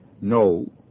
No